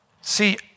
See